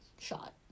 shot